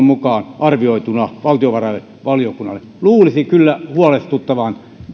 mukaan arvioituna valtiovarainvaliokunnalle luulisi kyllä huolestuttavan